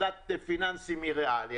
הפרדת פיננסים מריאלי,